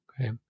Okay